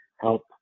help